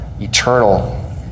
eternal